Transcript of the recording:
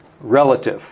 relative